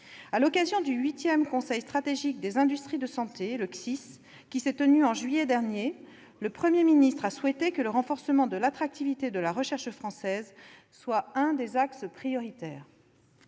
À l'occasion du 8 Conseil stratégique des industries de santé, le CSIS, qui s'est tenu en juillet dernier, le Premier ministre a souhaité que le renforcement de l'attractivité de la recherche française soit l'un des axes prioritaires.